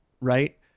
right